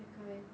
that kind